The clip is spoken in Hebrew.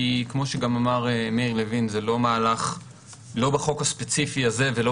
כי כמו שגם אמר מאיר לוין זה לא מהלך של החוק הספציפי הזה ולא